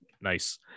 Nice